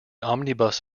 omnibus